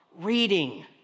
reading